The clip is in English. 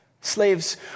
Slaves